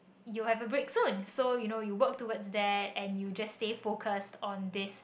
you have a break soon so you know you work towards that and you just stay focus on this